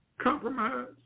compromise